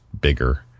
bigger